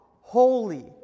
holy